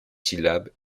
syllabes